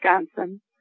Wisconsin